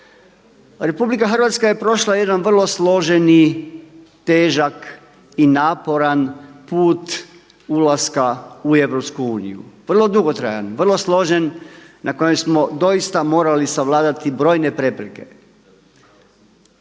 članica. RH je prošla jedan vrlo složeni, težak i naporan put ulaska u EU. Vrlo dugotrajan, vrlo složen na kojem smo doista morali savladati brojne prepreke.